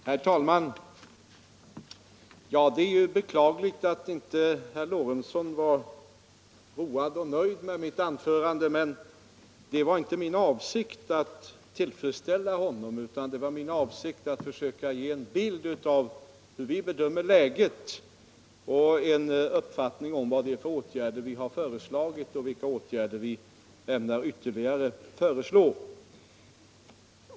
Herr talman! Det är beklagligt att herr Lorentzon inte var road och nöjd med mitt anförande. Det var emellertid inte min avsikt att tillfredsställa herr Lorentzon, utan det var min avsikt att försöka ge en bild av hur vi från regeringens sida bedömer läget och en information om de åtgärder som vi har föreslagit och vilka ytterligare åtgärder vi ämnar föreslå.